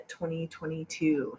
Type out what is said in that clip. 2022